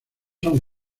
son